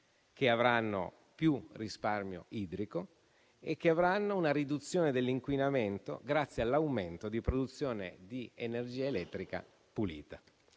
che avranno più risparmio idrico e una riduzione dell'inquinamento grazie all'aumento di produzione di energia elettrica pulita.